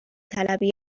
طلبی